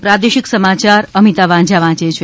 પ્રાદેશિક સમાચાર અમિતા વાંઝા વાંચે છે